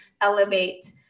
elevate